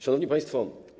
Szanowni Państwo!